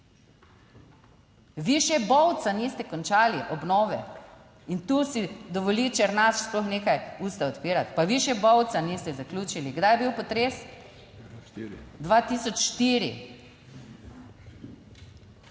vi še Bovca niste končali, obnove, in tu si dovoli Černač sploh nekaj usta odpirati, pa vi še Bovca niste zaključili. Kdaj je bil potres? 2004.